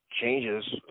changes